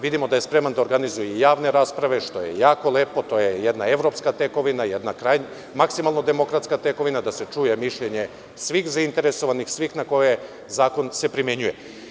Vidimo da je sprema da organizuje i javne rasprave, što je jako lepo, to je jedna evropska tekovina, jedna maksimalno demokratska tekovina, da se čuje mišljenje svih zainteresovanih, svih na koje se zakon primenjuje.